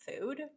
food